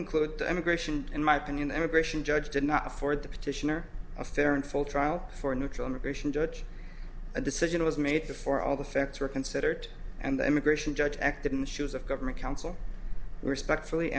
conclude the immigration in my opinion emigration judge did not afford the petitioner a fair and full trial for a neutral immigration judge a decision was made before all the facts were considered and the immigration judge acted in the shoes of government counsel respectfully